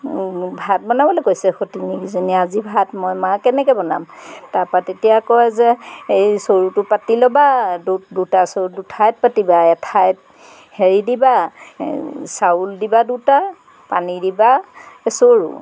ভাত বনাবলৈ কৈছে সতিনীকেইজনীয়ে আজি ভাত মই মা কেনেকৈ বনাম তাৰপৰা তেতিয়া কয় যে এই চৰুটো পাতি ল'বা দু দুটা চৰু দুঠাইত পাতিবা এঠাইত হেৰি দিবা এই চাউল দিবা দুটা পানী দিবা এচৰু